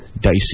dicey